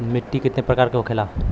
मिट्टी कितने प्रकार के होखेला?